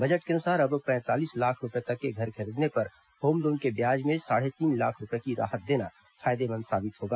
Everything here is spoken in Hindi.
बजट के अनुसार अब पैंतालीस लाख रूपए तक के घर खरीदने पर होमलोन के ब्याज में साढ़े तीन लाख रूपए की राहत देना फायदेमंद साबित होगा